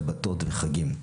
שבתות וחגים.